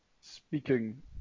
speaking